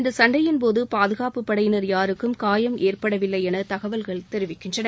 இந்த சண்டையின்போது பாதுகாப்புப்படையினர் யாருக்கும் காயம் ஏற்படவில்லை என தகவல்கள் தெரிவிக்கின்றன